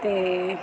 ਅਤੇ